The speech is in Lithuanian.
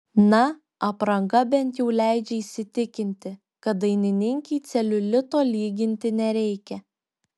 na apranga bent jau leidžia įsitikinti kad dainininkei celiulito lyginti nereikia